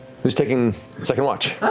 who's taking second watch?